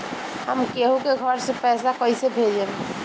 हम केहु के घर से पैसा कैइसे भेजम?